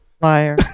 Liar